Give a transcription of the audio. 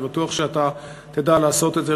אני בטוח שאתה תדע לעשות את זה.